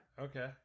Okay